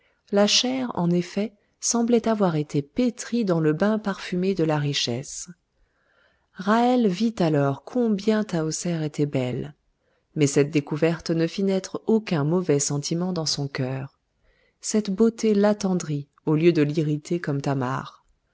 la chair en effet semblait avoir été pétrie dans le bain parfumé de la richesse ra'hel vit alors combien tahoser était belle mais cette découverte ne fit naître aucun mauvais sentiment dans son cœur cette beauté l'attendrit au lieu de l'irriter comme thamar